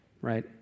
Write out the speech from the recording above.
right